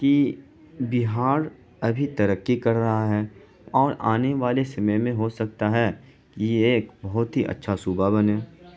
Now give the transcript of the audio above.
کہ بہار ابھی ترقی کر رہا ہے اور آنے والے سمے میں ہو سکتا ہے یہ ایک بہت ہی اچھا صوبہ بنے